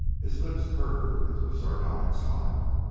his lips curved into a sardonic smile.